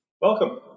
Welcome